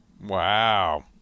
Wow